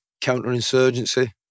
counterinsurgency